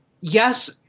yes